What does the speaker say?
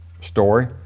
story